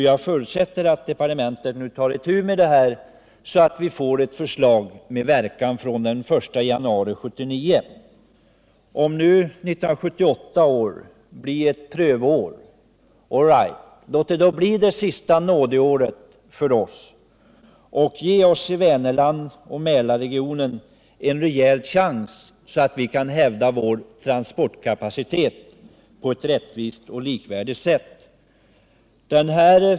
Jag förutsätter att departementet nu tar itu med bearbetningen, så att vi får ett förslag som kan träda i kraft den 1 januari 1979. Om 1978 blir ett prövoår, så låt det då bli det sista nådeåret, och ge oss i Vänerland och Maälarregionen en rejäl chans så att vi kan hävda vår transportkapacitet på ett rättvist och likvärdigt sätt!